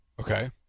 Okay